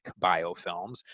biofilms